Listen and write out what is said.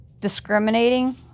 discriminating